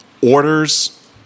orders